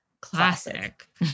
Classic